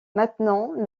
maintenant